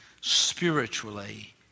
spiritually